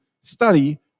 study